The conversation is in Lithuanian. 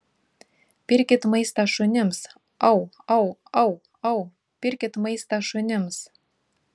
pirkit maistą šunims au au au au pirkit maistą šunims